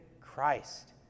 Christ